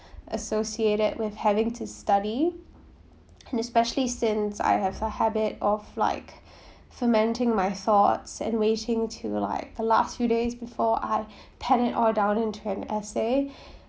associated with having to study and especially since I have a habit of like fermenting my thoughts and waiting to like the last few days before I pen it all down into an essay